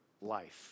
life